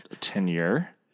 tenure